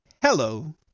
hello